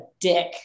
dick